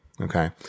okay